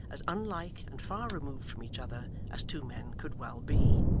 as unlike and far removed from each other as two men could well be.